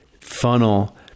funnel